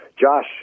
Josh